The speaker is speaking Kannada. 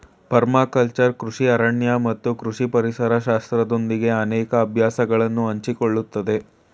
ಪರ್ಮಾಕಲ್ಚರ್ ಕೃಷಿ ಅರಣ್ಯ ಮತ್ತು ಕೃಷಿ ಪರಿಸರ ಶಾಸ್ತ್ರದೊಂದಿಗೆ ಅನೇಕ ಅಭ್ಯಾಸಗಳನ್ನು ಹಂಚಿಕೊಳ್ಳುತ್ತದೆ